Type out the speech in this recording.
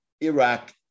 Iraq